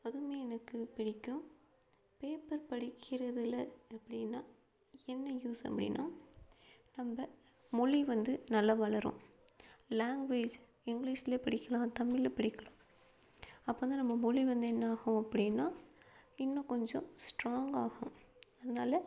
அதுவும் எனக்கு பிடிக்கும் பேப்பர் படிக்கிறதில் அப்படின்னா என்ன யூஸ் அப்படின்னா நம்ம மொழி வந்து நல்லா வளரும் லாங்குவேஜ் இங்கிலீஸ்லேயே படிக்கலாம் தமிழில் படிக்கலாம் அப்போ தான் நம்ம மொழி வந்து என்னாகும் அப்படின்னா இன்னும் கொஞ்சம் ஸ்ட்ராங்காகும் அதனால்